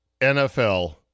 NFL